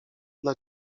dla